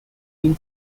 been